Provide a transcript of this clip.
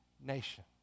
nation